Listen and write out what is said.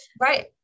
Right